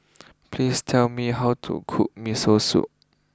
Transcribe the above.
please tell me how to cook Miso Soup